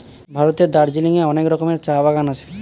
ভারতের দার্জিলিং এ অনেক রকমের চা বাগান আছে